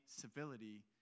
civility